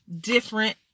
different